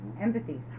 Empathy